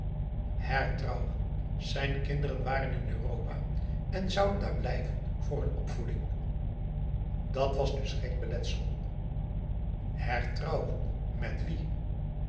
hertrouwen zijn kinderen waren in europa en zouden daar blijven voor hun opvoeding dàt was dus geen beletsel hertrouwen met wie